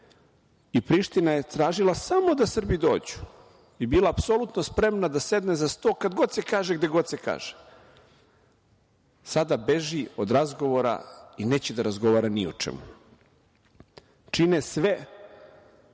i Priština je tražila samo da Srbi dođu i bila apsolutno spremna da sedne za sto kad god se kaže, sada beži od razgovora i neće da razgovara ni o čemu. Čine sve